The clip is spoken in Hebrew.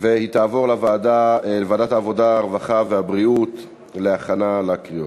מוקדם בוועדת העבודה, הרווחה והבריאות נתקבלה.